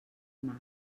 mas